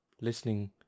listening